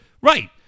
Right